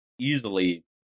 easily